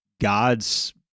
God's